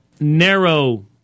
narrow